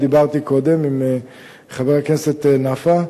שעליו דיברתי קודם עם חבר הכנסת נפאע,